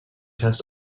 test